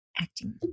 acting